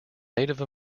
native